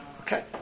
Okay